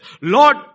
Lord